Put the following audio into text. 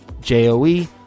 J-O-E